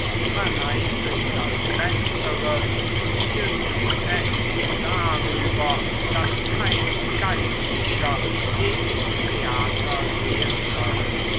verneinten das letztere und hielten fest darüber daß kein geistlicher je ins theater gehen solle